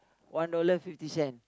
one dollar fifty cent